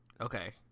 Okay